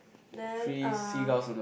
then uh